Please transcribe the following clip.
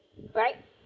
right